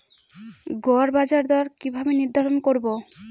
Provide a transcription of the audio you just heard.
গড় বাজার দর কিভাবে নির্ধারণ করব?